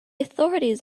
authorities